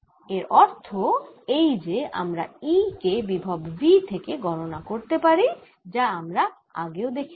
এর অর্থ এই যে আমরা E কে বিভব V থেকে গণনা করতে পারি যা আমরা আগেও দেখেছি